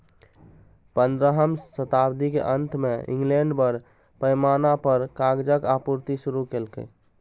पंद्रहम शताब्दीक अंत मे इंग्लैंड बड़ पैमाना पर कागजक आपूर्ति शुरू केलकै